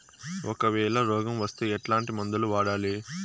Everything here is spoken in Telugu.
ఒకవేల రోగం వస్తే ఎట్లాంటి మందులు వాడాలి?